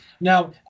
now